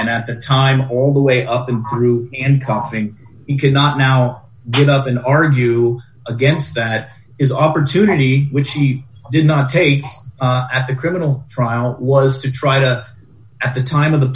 and at the time all the way up in crewe and coughing you cannot now get up and argue against that is opportunity which he did not take at the criminal trial was to try to the time of the